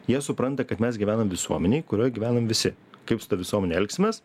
jie supranta kad mes gyvenam visuomenėj kurioj gyvenam visi kaip su ta visuomene elgsimės